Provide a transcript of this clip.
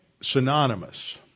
synonymous